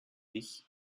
dich